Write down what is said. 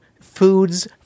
foods